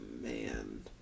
man